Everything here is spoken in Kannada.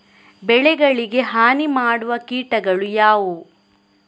ಬೆಳೆಗಳಿಗೆ ಹಾನಿ ಮಾಡುವ ಕೀಟಗಳು ಯಾವುವು?